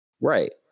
Right